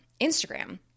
Instagram